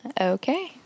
Okay